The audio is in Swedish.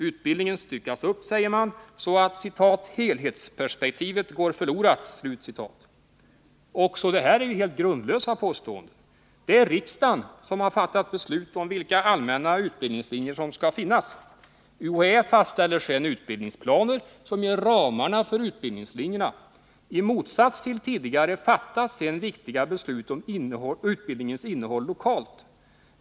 Utbildningen styckas upp, säger man, så att ”helhetsperspektivet går förlorat”. Också det är helt grundlösa påståenden. Det är riksdagen som har fattat beslut om vilka allmänna utbildningslinjer som skall finnas. UHÄ fastställer sedan utbildningsplaner, som ger ramarna för utbildningslinjerna. I motsats till tidigare fattas därefter viktiga beslut om utbildningens innehåll lokalt.